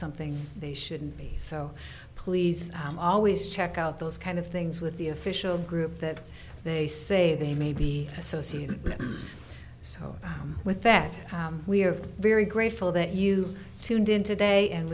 something they shouldn't be so please always check out those kind of things with the official group that they say they may be associated with so with that we are very grateful that you tuned in today and